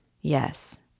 Yes